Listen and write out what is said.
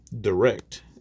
direct